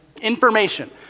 information